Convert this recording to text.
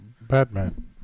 Batman